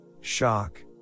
shock